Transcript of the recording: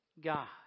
God